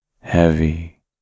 heavy